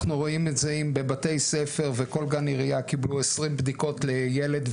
אנחנו רואים את זה אם זה בבתי ספר וכל גן עירייה קיבלו 20 בדיקות לילד,